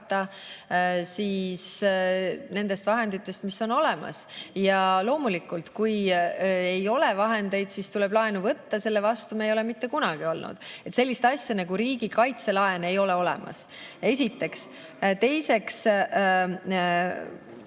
katta nendest vahenditest, mis on olemas. Loomulikult, kui ei ole vahendeid, siis tuleb laenu võtta. Selle vastu ei ole me mitte kunagi olnud. Sellist asja nagu riigikaitselaen ei ole olemas. Esiteks. Teiseks,